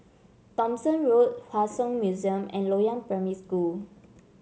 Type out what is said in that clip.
Thomson Road Hua Song Museum and Loyang Primary School